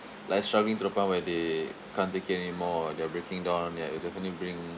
like struggling to the point where they can't take it anymore or they're breaking down ya it definitely bring